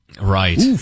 Right